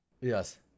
Yes